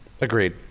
agreed